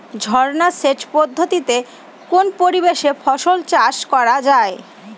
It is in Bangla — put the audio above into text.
ঝর্না সেচ পদ্ধতিতে কোন পরিবেশে ফসল চাষ করা যায়?